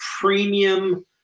premium